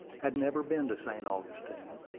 had never been to st. augustine,